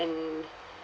and